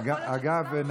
אגב,